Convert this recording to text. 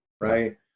right